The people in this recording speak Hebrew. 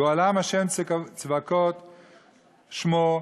גואלם ה' צבאות שמו,